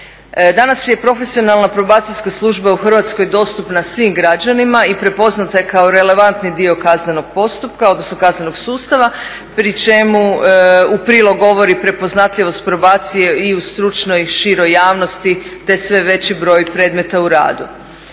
Danas je Profesionalna probacijska služba u Hrvatskoj dostupna svim građanima i prepoznata je kao relevantni dio kaznenog postupka, odnosno kaznenog sustava, pri čemu u prilog govori prepoznatljivost probacije i u stručnoj široj javnosti te sve veći broj predmeta u radu.